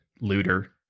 looter